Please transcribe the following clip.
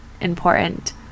important